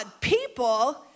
people